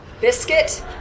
Biscuit